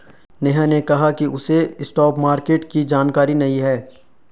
नेहा ने कहा कि उसे स्पॉट मार्केट की जानकारी नहीं है